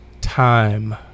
time